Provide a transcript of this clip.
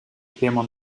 thema